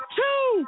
two